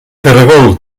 caragol